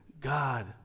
God